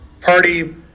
party